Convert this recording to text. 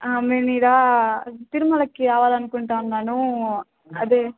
మేము ఈడ తిరుమలకి రావాలని అనుకుంటున్నాను అదే